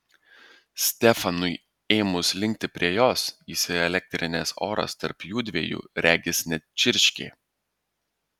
stefanui ėmus linkti prie jos įsielektrinęs oras tarp jųdviejų regis net čirškė